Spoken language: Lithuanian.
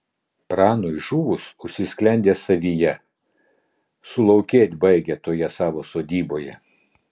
pranui žuvus užsisklendė savyje sulaukėt baigia toje savo sodyboje